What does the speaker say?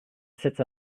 sits